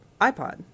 iPod